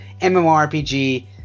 MMORPG